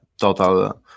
total